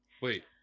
Wait